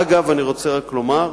אגב, אני רוצה לומר,